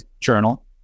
journal